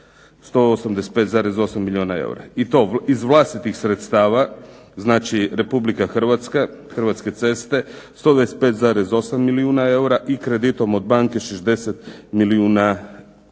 185,8 milijuna eura. I to iz vlastitih sredstava. Znači Republike Hrvatska, Hrvatske ceste 125,8 milijuna eura i kreditom od banke 60 milijuna eura.